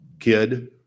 kid